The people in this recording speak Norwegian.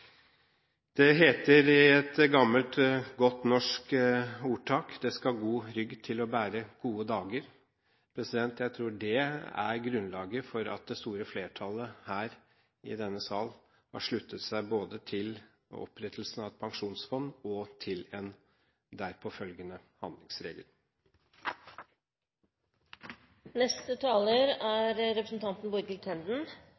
Det heter i et gammelt, godt norsk ordtak at det skal god rygg til å bære gode dager. Jeg tror det er grunnlaget for at det store flertallet her i denne sal har sluttet seg både til opprettelsen av et pensjonsfond og til en derpå følgende